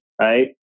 right